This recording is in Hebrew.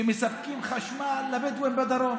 שמספקים חשמל לבדואים בדרום.